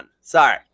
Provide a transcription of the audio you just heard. Sorry